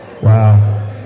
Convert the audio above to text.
Wow